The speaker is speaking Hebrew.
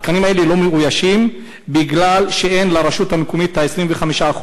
התקנים האלה לא מאוישים בגלל שאין לרשות המקומית 25%,